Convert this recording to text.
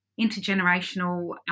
intergenerational